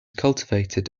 cultivated